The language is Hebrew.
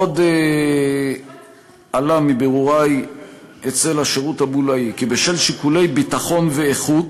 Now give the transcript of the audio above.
עוד עלה מבירורי אצל השירות הבולאי כי בשל שיקולי ביטחון ואיכות